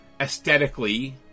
aesthetically